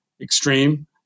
extreme